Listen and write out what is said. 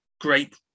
great